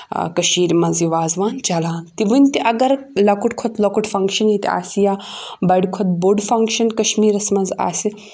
کٔشیٖر منٛز یہِ وازوان چَلان تہٕ وٕنہِ تہِ اَگر لۄکُٹ کھۄتہٕ لۄکُٹ فَنٛگشَن ییٚتہِ آسہِ یا بَڑِ کھۄتہٕ بوٚڑ فَنٛگشَن کَشمیٖرَس منٛز آسہِ